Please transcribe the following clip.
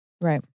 Right